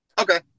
okay